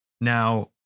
Now